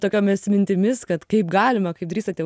tokiomis mintimis kad kaip galima kaip drįstate